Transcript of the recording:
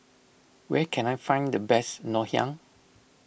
where can I find the best Ngoh Hiang